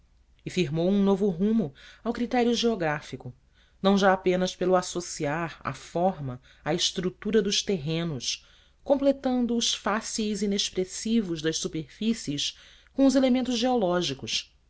e firmou um novo rumo ao critério geográfico não já apenas pelo associar à forma a estrutura dos terrenos completando os facies inexpressivos das superfícies com os elementos geológicos